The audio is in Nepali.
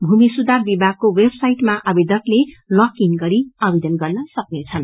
भूमि सुधार विभागको वेभसाईटमा आवेदकले लग ईन गरी आवेदन गर्न सक्नेछन्